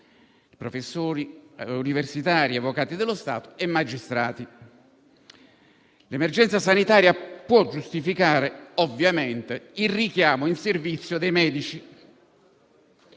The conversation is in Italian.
professori universitari, avvocati dello Stato e magistrati. L'emergenza sanitaria può giustificare ovviamente il richiamo in servizio dei medici,